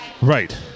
Right